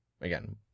again